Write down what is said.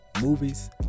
movies